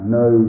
no